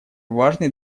важный